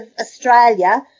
Australia